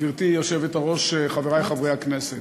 גברתי היושבת-ראש, חברי חברי הכנסת,